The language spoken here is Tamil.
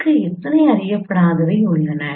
க்கு எத்தனை அறியப்படாதவை உள்ளன